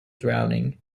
drowning